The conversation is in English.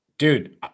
Dude